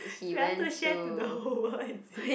you want to share to the whole world is it